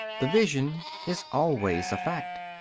the vision is always a fact.